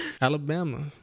Alabama